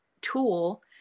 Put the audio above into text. tool